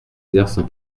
exercent